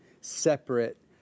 separate